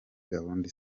gahunda